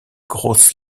groß